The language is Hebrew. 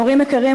הורים יקרים,